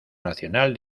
nacional